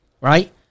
right